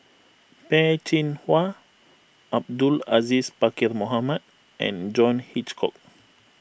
Peh Chin Hua Abdul Aziz Pakkeer Mohamed and John Hitchcock